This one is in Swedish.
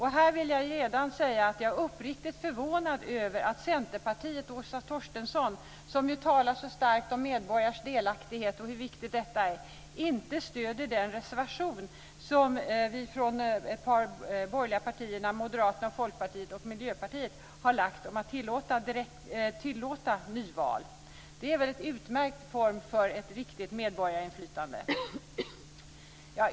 Här vill jag redan säga att jag är uppriktigt förvånad över att Centerpartiet och Åsa Torstensson, som talar så mycket om medborgarnas delaktighet och hur viktigt detta är, inte stöder den reservation som vi från ett par borgerliga partier, Moderaterna och Folkpartiet, och Miljöpartiet har lagt om att tillåta nyval. Det är väl en utmärkt form för ett riktigt medborgarinflytande.